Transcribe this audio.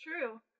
true